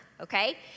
okay